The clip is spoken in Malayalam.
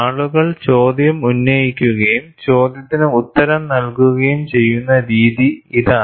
ആളുകൾ ചോദ്യം ഉന്നയിക്കുകയും ചോദ്യത്തിന് ഉത്തരം നൽകുകയും ചെയ്യുന്ന രീതി ഇതാണ്